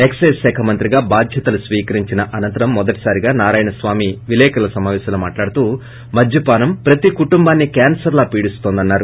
excise శాఖ మంత్రిగా బాధ్యతలు స్వీకరించిన అనంతరం మొదటిసారిగా నారాయణ స్వామి విలేకర్ల సమాపేశంలో మాట్లాడుతూ మద్యపానం ప్రతి కుటుంబాన్ని కాస్సర్లా పీడిస్తోందన్నారు